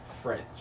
French